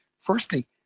firstly